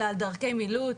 אלא על דרכי מילוט.